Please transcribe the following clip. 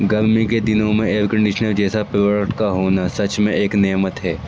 گرمی کے دنوں میں ایئر کنڈیشنر جیسا پروڈکٹ کا ہونا سچ میں ایک نعمت ہے